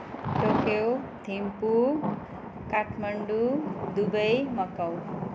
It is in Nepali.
टोक्यो थिम्पू काठमाडौँ दुबई मकाऊ